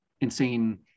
insane